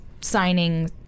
signing